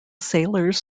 sailors